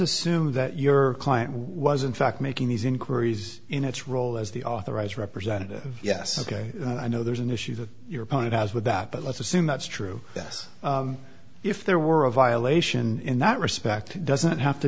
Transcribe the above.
assume that your client was in fact making these inquiries in its role as the authorized representative yes ok i know there's an issue that your opponent has with that but let's assume that's true yes if there were a violation in that respect doesn't have to